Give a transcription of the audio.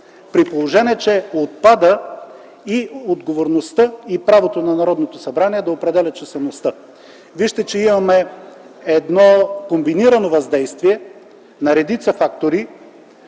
при положение че отпада отговорността и правото на Народното събрание да определя числеността. Виждате, че имаме едно комбинирано въздействие на редица фактори,